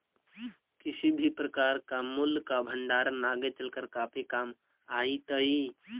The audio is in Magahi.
किसी भी प्रकार का मूल्य का भंडार आगे चलकर काफी काम आईतई